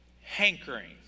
Hankering